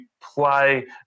play